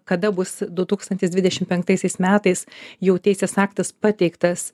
kada bus du tūkstantis dvidešim penktaisiais metais jau teisės aktas pateiktas